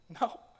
No